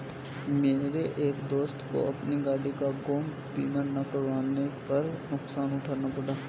मेरे एक दोस्त को अपनी गाड़ी का गैप बीमा ना करवाने पर नुकसान उठाना पड़ा